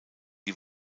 die